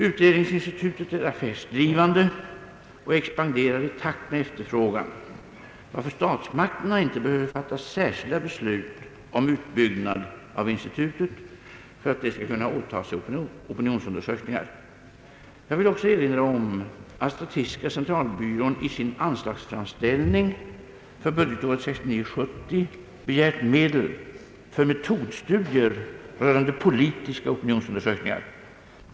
Utredningsinstitutet är affärsdrivande och expanderar i takt med efterfrågan, varför statsmakterna inte behöver fatta särskilda beslut om utbyggnad av institutet för att det skall kunna åta sig opinionsundersökningar. Jag vill också erinra om att statistiska centralbyrån i sin anslagsframställning för budgetåret 1969/70 begärt medel för metodstudier rörande politiska opinionsundersökningar.